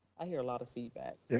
i hear a lot of feedback.